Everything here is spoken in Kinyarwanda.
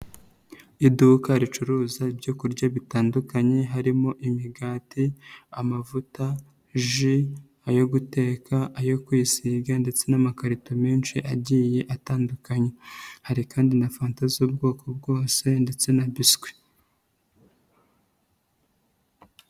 Iduka ricuruza ibyo kurya bitandukanye harimo imigati, amavuta, ji, ayo guteka, ayo kwisiga ndetse n'amakarito menshi agiye atandukanye, hari kandi na fanta z'ubwoko bwose ndetse na biswi.